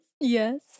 Yes